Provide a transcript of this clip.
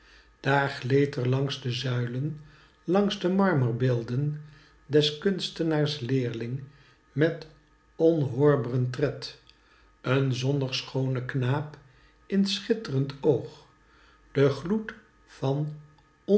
gleed er langs de zuilen langs de marmerbeelden des kunstnaars leerling met onhoorbren tred een zonnig schoone knaap in t schittrend oog den gloed van